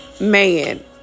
man